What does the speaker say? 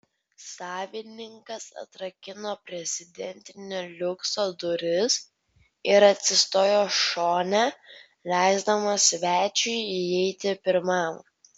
savininkas atrakino prezidentinio liukso duris ir atsistojo šone leisdamas svečiui įeiti pirmam